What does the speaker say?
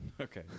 Okay